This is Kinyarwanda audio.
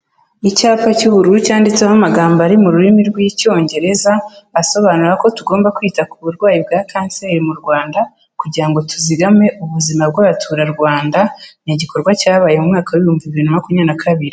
Icyapa cy'ubururu cyanditseho amagambo ari mu rurimi rw'Icyongereza, asobanura ko tugomba kwita ku burwayi bwa kanseri mu Rwanda, kugira ngo tuzime ubuzima bw'abaturarwanda, ni igikorwa cyabaye umwaka w'ibihumbi bibiri na makumyabiri na kabiri.